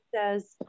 says